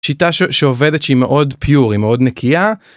שיטה שעובדת שהיא מאוד פיור, היא מאוד נקייה.